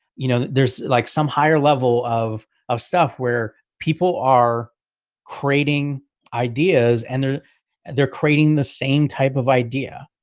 you know, there's like some higher level of of stuff where people are creating ideas, and they're they're creating the same type of idea.